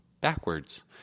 backwards